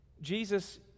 Jesus